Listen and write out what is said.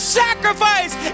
sacrifice